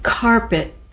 carpet